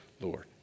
Lord